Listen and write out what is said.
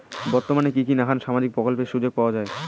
বর্তমানে কি কি নাখান সামাজিক প্রকল্পের সুযোগ পাওয়া যায়?